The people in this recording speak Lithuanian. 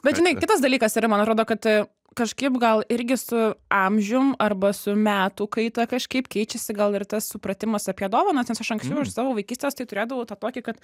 bet žinai kitas dalykas yra man atrodo kad kažkaip gal irgi su amžium arba su metų kaita kažkaip keičiasi gal ir tas supratimas apie dovanas nes aš anksčiau iš savo vaikystės tai turėdavau tą tokį kad